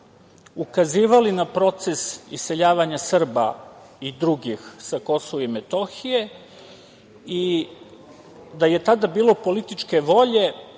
ukazivali na proces iseljavanja Srba i drugih sa KiM i da je tada bilo političke volje